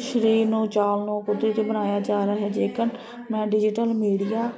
ਸਰੀਰ ਨੂੰ ਚਾਲ ਨੂੰ ਉਚਿਤ ਬਣਾਇਆ ਜਾ ਰਿਹਾ ਹੈ ਜੇਕਰ ਮੈਂ ਡਿਜੀਟਲ ਮੀਡੀਆ